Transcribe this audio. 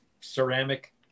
ceramic